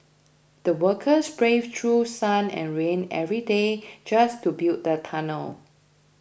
the workers braved through sun and rain every day just to build the tunnel